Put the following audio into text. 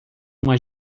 uma